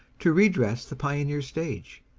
to redress the pioneer stage,